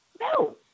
No